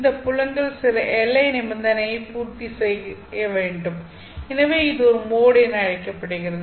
இந்த புலங்கள் சில எல்லை நிபந்தனைகளை பூர்த்தி செய்ய வேண்டும் எனவே இது ஒரு மொட் என அழைக்கப்படுகிறது